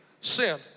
sin